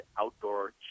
outdoor